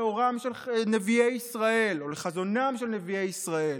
לאור חזונם של נביאי ישראל.